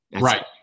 Right